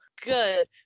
good